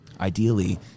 ideally